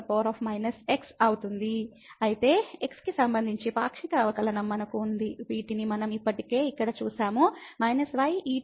కాబట్టి x కి సంబంధించి పాక్షిక అవకలనంమనకు ఉంది వీటిని మనం ఇప్పటికే ఇక్కడ చూశాము −ye x